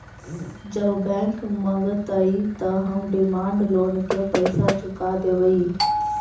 जब बैंक मगतई त हम डिमांड लोन के पैसा चुका देवई